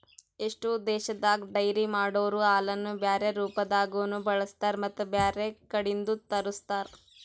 ಎಷ್ಟೋ ದೇಶದಾಗ ಡೈರಿ ಮಾಡೊರೊ ಹಾಲನ್ನು ಬ್ಯಾರೆ ರೂಪದಾಗನೂ ಬಳಸ್ತಾರ ಮತ್ತ್ ಬ್ಯಾರೆ ಕಡಿದ್ನು ತರುಸ್ತಾರ್